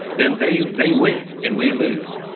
then they they win. and we lose